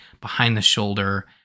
behind-the-shoulder